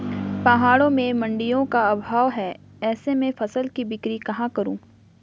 पहाड़ों में मडिंयों का अभाव है ऐसे में फसल की बिक्री कहाँ करूँ?